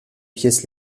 pièces